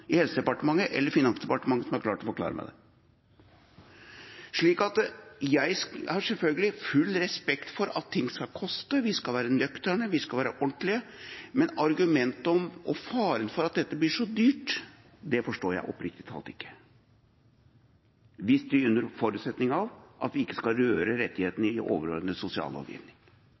i Helsedepartementet eller Finansdepartementet som har klart å forklare meg det. Jeg har selvfølgelig full respekt for at ting koster – vi skal være nøkterne, vi skal være ordentlige, men argumentet om, og faren for, at dette blir så dyrt, forstår jeg oppriktig talt ikke, hvis det er under forutsetning av at vi ikke skal røre rettighetene i overordnet sosiallovgivning.